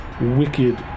wicked